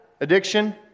addiction